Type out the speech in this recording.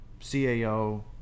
CAO